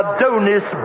Adonis